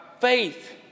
faith